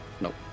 Nope